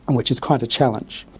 and which is quite a challenge.